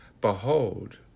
Behold